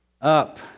Up